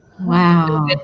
Wow